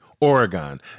Oregon